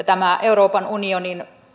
tämä euroopan unionin